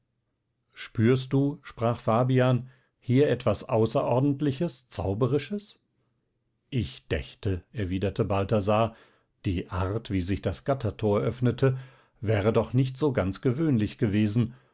spürst du sprach fabian hier etwas außerordentliches zauberisches ich dächte erwiderte balthasar die art wie sich das gattertor öffnete wäre doch nicht so ganz gewöhnlich gewesen